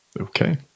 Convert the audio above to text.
Okay